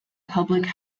public